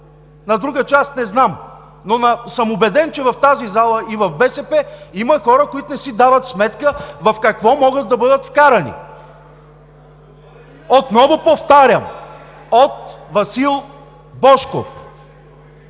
на друга част – не знам, но съм убеден, че в тази зала и в БСП има хора, които не си дават сметка в какво могат да бъдат вкарани! Отново повтарям – от Васил Божков.